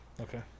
Okay